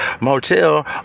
Motel